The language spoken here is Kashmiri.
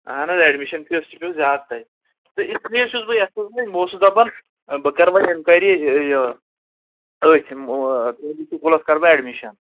اَہَن حظ اٮ۪ڈمِشَن فیٖس تہِ پیوٚو زیادٕ تۄہہِ تہٕ اس لیے چھُس بہٕ بہٕ اوسُس دَپان بہٕ کرٕ وۄنۍ اٮ۪نکویری یہِ أتھۍ سکوٗلَس کَرٕ بہٕ اٮ۪ڈمِشَن